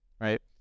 right